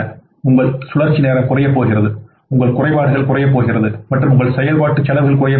உங்கள் சுழற்சி நேரம் குறையப் போகிறது உங்கள் குறைபாடுகள் குறையப் போகிறது மற்றும் உங்கள் செயல்பாட்டு செலவுகள் குறையப் போகின்றன